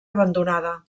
abandonada